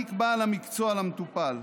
שמעניק בעל המקצוע למטופל.